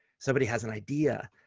somebody has an idea,